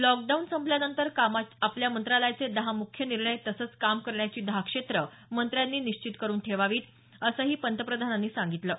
lockdown संपल्यानंतर आपल्या मंत्रालयाचे दहा मुख्य निर्णय तसंच काम करण्याची दहा क्षेत्रं मंत्र्यांनी चिन्हीत करून ठेवावीत असंही पंतप्रधानांनी सांगितलं आहे